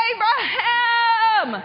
Abraham